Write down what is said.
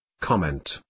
Comment